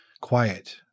quiet